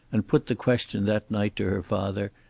and put the question that night to her father,